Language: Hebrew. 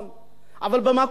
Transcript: אבל במקום שנותנים,